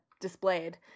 displayed